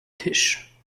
tisch